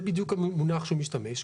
זה בדיוק המונח שהוא משתמש.